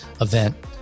event